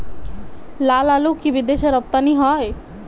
লালআলু কি বিদেশে রপ্তানি হয়?